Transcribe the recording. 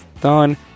done